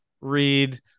read